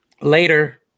Later